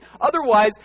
Otherwise